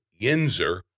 Yinzer